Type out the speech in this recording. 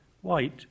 White